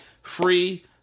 Free